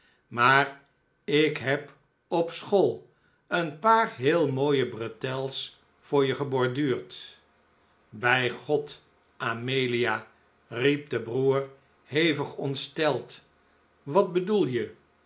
maar ik heb op school een paar heel mooie bretels voor je geborduurd bij god amelia riep de broer hevig ontsteld wat bedoel je